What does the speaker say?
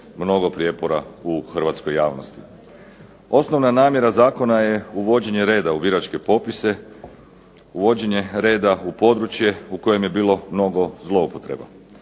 mnogo prijepora u hrvatskoj javnosti. Osnovna namjera zakona je uvođenje reda u biračke popise, uvođenje reda u područje u kojem je bilo mnogo zloupotreba.